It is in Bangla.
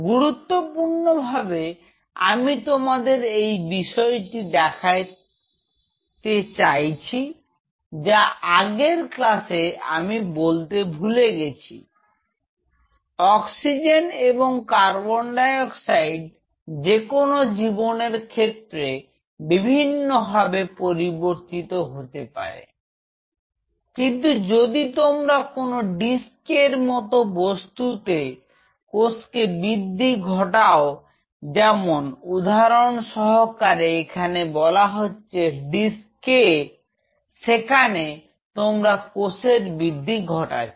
গুরুত্বপূর্ণভাবে আমি তোমাদের এই বিষয়টি দেখাতে চাইছি যা আগের ক্লাসে আমি বলতে ভুলে গেছি অক্সিজেন এবং কার্বন ডাই অক্সাইড যেকোনো জীবনের ক্ষেত্রে বিভিন্ন ভাবে পরিবর্তিত হতে পারে কিন্তু যদি তোমরা কোন ডিস্ক এর মত বস্তুতে কোষকে বৃদ্ধি ঘটাও যেমন উদাহরণ সহকারে এখানে বলা হচ্ছে ডিস্ক K যেখানে তোমরা কোষের বৃদ্ধি ঘটাচ্ছ